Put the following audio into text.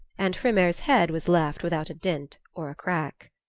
and hrymer's head was left without a dint or a crack.